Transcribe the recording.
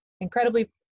incredibly